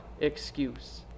excuse